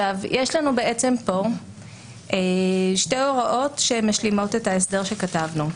יש לנו כאן שתי הוראות שמשלימות את ההסדר שכתבנו.